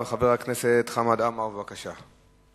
חבר הכנסת חמד עמאר, בבקשה.